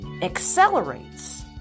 accelerates